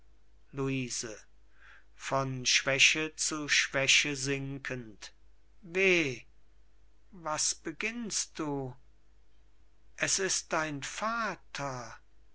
luise von schwäche zu schwäche sinkend weh was beginnst du es ist dein vater ferdinand